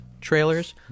trailers